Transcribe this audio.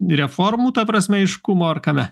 reformų ta prasme aiškumo ar kame